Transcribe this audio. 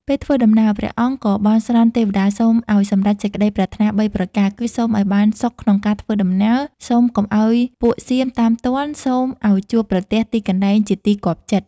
ពេលធ្វើដំណើរ ព្រះអង្គក៏បន់ស្រន់ទេវតាសូម ឱ្យសម្រេចសេចក្តីប្រាថ្នា ៣ ប្រការគឺ សូមឱ្យបានសុខក្នុងការធ្វើដំណើរ សូមកុំឱ្យពួកសៀមតាមទាន់ សូមឱ្យជួបប្រទះទីកន្លែងជាទីគាប់ចិត្ត។